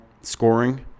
scoring